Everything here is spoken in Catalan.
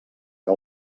que